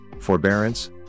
forbearance